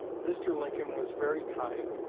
mr. lincoln was very kind,